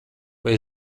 vai